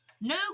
no